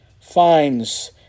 finds